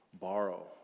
borrow